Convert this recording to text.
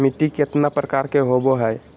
मिट्टी केतना प्रकार के होबो हाय?